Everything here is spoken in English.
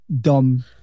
dumb